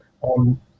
on